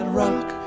rock